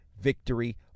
victory